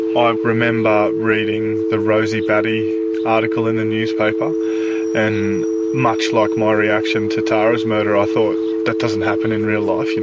ah i remember reading the rosie batty article in the newspaper and much like my reaction to tara's murder, i thought that doesn't happen in real life, you know